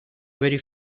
very